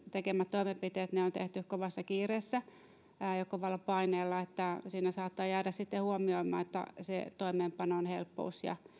tekemät toimenpiteet on tehty kovassa kiireessä ja kovalla paineella siinä saattaa jäädä sitten huomioimatta se toimeenpanon helppous ja